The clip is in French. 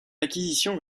acquisition